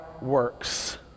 works